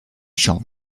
shall